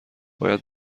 باید